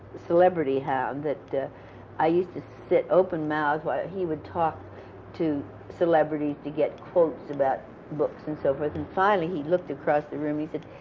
celebrity hound that i used to sit openmouthed while he would talk to celebrities to get quotes about books and so forth. and finally he looked across the room. he said,